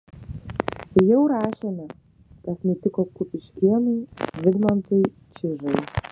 jau rašėme kas nutiko kupiškėnui vidmantui čižai